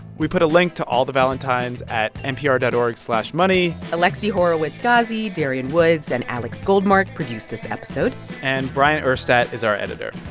we put a link to all the valentines at npr dot o r g money alexi horowitz-ghazi, darian woods and alex goldmark produced this episode and bryant urstadt is our editor.